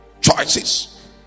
Choices